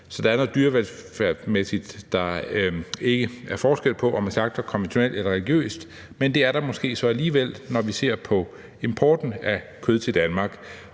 således at der dyrevelfærdsmæssigt ikke er forskel på, om man slagter konventionelt eller religiøst. Men det er der så måske alligevel, når vi ser på importen af kød til Danmark.